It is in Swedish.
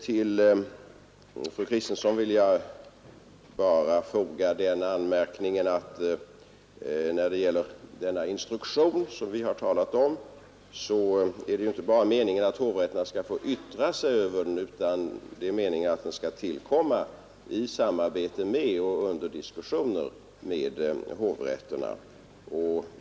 Till fru Kristensson vill jag bara foga den anmärkningen att när det gäller den instruktion som vi har talat om är det inte meningen att hovrätterna bara skall få yttra sig över den, utan det är meningen att den skall tillkomma i samarbete med och under diskussioner med hovrätterna.